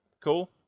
Cool